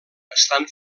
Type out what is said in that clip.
estan